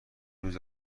روز